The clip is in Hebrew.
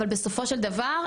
אבל בסופו של דבר,